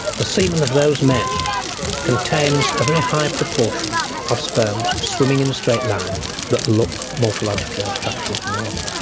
the semen of those men contains a very high proportion of sperms swimming in a straight line that look morphologically or structurally normal.